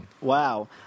Wow